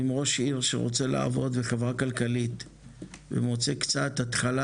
עם ראש עיר שרוצה לעבוד וחברה כלכלית ומוצא קצת התחלה